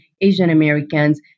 Asian-Americans